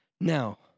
Now